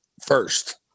first